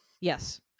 yes